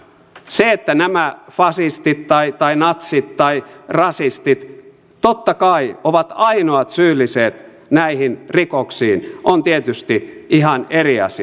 se että nämä fasistit tai natsit tai rasistit totta kai ovat ainoat syylliset näihin rikoksiin on tietysti ihan eri asia